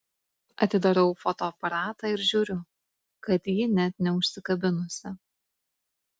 atidarau fotoaparatą ir žiūriu kad ji net neužsikabinusi